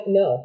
no